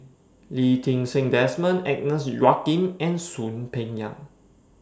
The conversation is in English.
Lee Ti Seng Desmond Agnes Joaquim and Soon Peng Yam